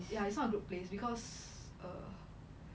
ya it's not a good place because err